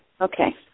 Okay